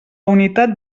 unitat